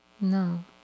no